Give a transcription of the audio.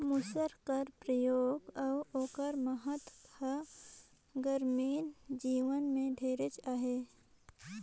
मूसर कर परियोग अउ ओकर महत हर गरामीन जीवन में ढेरेच अहे